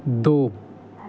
दो